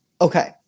okay